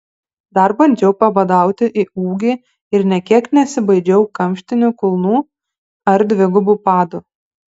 dar bandžiau pabadauti į ūgį ir nė kiek nesibaidžiau kamštinių kulnų ar dvigubų padų